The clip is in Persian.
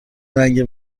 رنگ